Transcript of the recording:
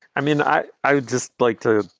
i mean, i i would just like to,